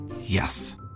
Yes